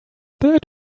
that